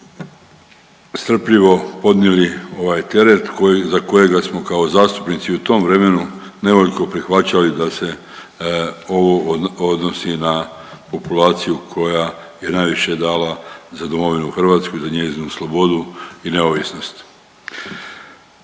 strpljivo podnijeli ovaj teret koji, za kojega smo kao zastupnici u tom vremenu nevoljko prihvaćali da se ovo odnosi na populaciju koja je najviše dala za domovinu Hrvatsku i za njezinu slobodu i neovisnost.